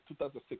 2006